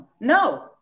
No